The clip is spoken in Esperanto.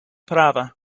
prava